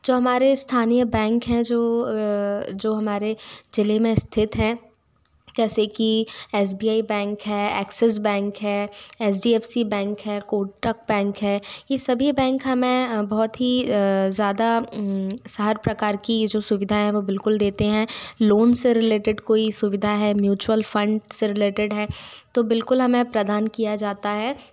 जो हमारे स्थानीय बैंक हैं जो जो हमारे जिले में स्थित हैं जैसे कि एस बी आई बैंक है एक्सिस बैंक है H D F C bank है कोटक बैंक है ये सभी बैंक हमें बहुत ही ज़्यादा सभी प्रकार की जो सुविधा है वो बिल्कुल देते है लोन से रिलेटेड कोई सुविधा है म्यूचुअल फंड से रिलेटेड है तो बिल्कुल हमें प्रदान किया जाता है